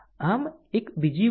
આમ બીજું એક લો